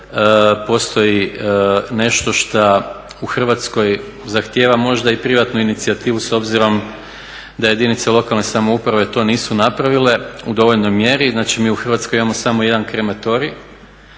postoji nešto što u Hrvatskoj zahtijeva možda i privatnu inicijativu s obzirom da jedinice lokalne samouprave to nisu napravile u dovoljnoj mjeri. Znači, mi u Hrvatskoj imamo samo jedan krematorij,